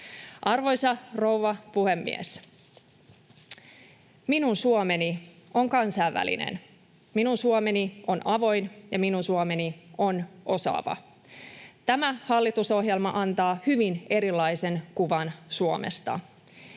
Arvoisa rouva puhemies! Minun Suomeni on kansainvälinen, minun Suomeni on avoin, ja minun Suomeni on osaava. Tämä hallitusohjelma antaa hyvin erilaisen kuvan Suomesta.